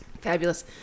Fabulous